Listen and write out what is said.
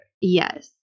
yes